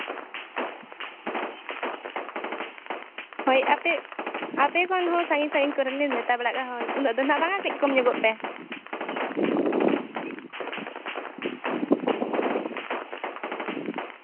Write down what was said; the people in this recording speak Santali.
ᱦᱳᱭ ᱟᱯᱮ ᱟᱯᱮ ᱠᱷᱚᱱ ᱦᱚᱸ ᱥᱟᱺᱜᱤᱧ ᱥᱟᱺᱜᱤᱧ ᱠᱚᱨᱮᱱ ᱞᱮ ᱱᱮᱣᱛᱟ ᱵᱟᱲᱟ ᱠᱟᱫ ᱠᱚᱣᱟ ᱦᱳᱭ ᱩᱱᱟᱹᱜ ᱫᱚ ᱱᱟᱜ ᱵᱟᱝ ᱠᱟᱹᱡ ᱠᱚᱢ ᱧᱚᱜᱚᱜ ᱯᱮ